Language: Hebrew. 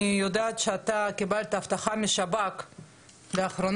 אני יודעת שאתה קיבלת אבטחה משב"כ לאחרונה,